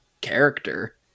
character